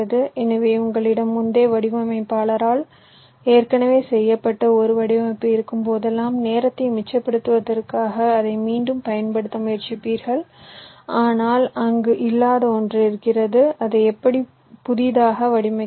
எனவே உங்களிடம் முந்தைய வடிவமைப்பாளரால் ஏற்கனவே செய்யப்பட்ட ஒரு வடிவமைப்பு இருக்கும்போதெல்லாம் நேரத்தை மிச்சப்படுத்துவதற்காக அதை மீண்டும் பயன்படுத்த முயற்சிப்பீர்கள் ஆனால் அங்கு இல்லாத ஒன்று இருக்கிறது அதை எப்படியாவது புதிதாக வடிவமைக்க வேண்டும்